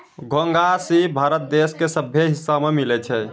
घोंघा, सिप भारत देश के सभ्भे हिस्सा में मिलै छै